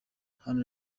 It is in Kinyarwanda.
hano